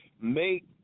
make